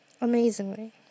amazingly